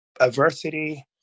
adversity